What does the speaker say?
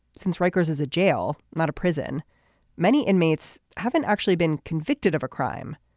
since rikers is a jail not a prison many inmates haven't actually been convicted of a crime.